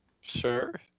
Sure